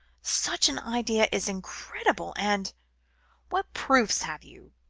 such an idea is incredible. and what proofs have you?